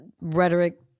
rhetoric